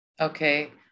okay